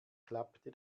klappte